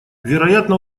вероятно